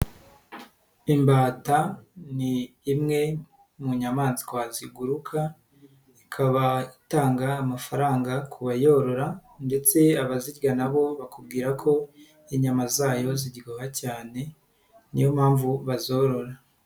Imbata ni imwe mu nyamaswa ziguruka, ikaba itanga amafaranga kubayorora ndetse abazirya na bo bakubwira ko inyama zayo ziryoha cyane, niyo mpamvu bazorora.